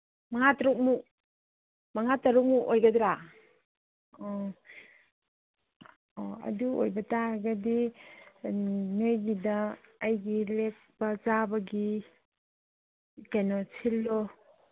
ꯃꯉꯥ ꯇꯔꯨꯛꯃꯨꯛ ꯃꯉꯥ ꯇꯔꯨꯛꯃꯨꯛ ꯑꯣꯏꯒꯗ꯭ꯔꯥ ꯑꯣ ꯑꯣ ꯑꯗꯨ ꯑꯣꯏꯕ ꯇꯥꯔꯒꯗꯤ ꯅꯣꯏꯒꯤꯗ ꯑꯩꯒꯤ ꯂꯦꯛꯄ ꯆꯥꯕꯒꯤ ꯀꯩꯅꯣ ꯁꯤꯜꯂꯣ